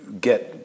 get